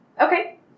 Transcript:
Okay